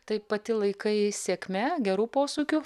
tai pati laikai sėkme geru posūkiu